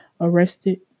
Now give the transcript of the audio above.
arrested